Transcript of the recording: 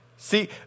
See